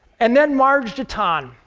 and then marge deton.